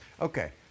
Okay